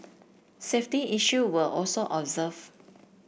safety issue were also observe